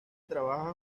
trabaja